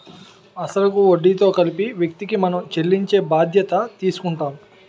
అసలు కు వడ్డీతో కలిపి వ్యక్తికి మనం చెల్లించే బాధ్యత తీసుకుంటాం